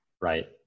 right